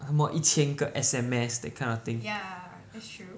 什么一千个 S_M_S that kinda thing